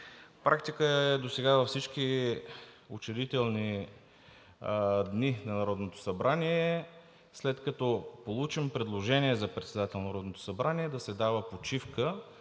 Практика е досега във всички учредителни дни на Народното събрание, след като получим предложение за председател на Народното събрание, да се дава почивка,